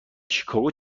شیکاگویی